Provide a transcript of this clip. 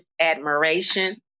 admiration